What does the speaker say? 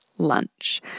lunch